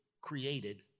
created